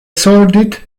sordid